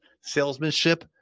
salesmanship